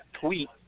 tweet